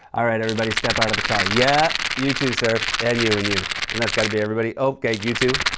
all right, everybody, step out of the car. yes, yeah you too, sir, and you and you. and that's got to be everybody. okay, you too?